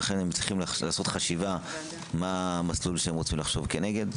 לכן הם צריכים לעשות חשיבה מה המסלול שהם רוצים לחשוב כנגד.